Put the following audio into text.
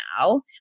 now